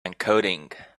encoding